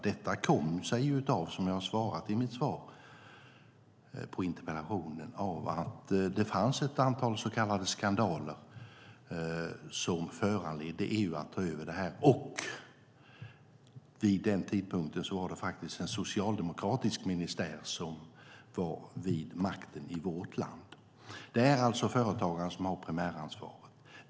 Det kom sig av, som jag har sagt i mitt svar på interpellationen, att det fanns ett antal så kallade skandaler som föranledde EU att ta över det här, och vid den tidpunkten var det faktiskt en socialdemokratisk ministär vid makten i vårt land. Det är alltså företagaren som har primäransvaret.